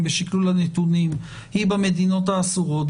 בשקלול הנתונים אז היא במדינות האסורות,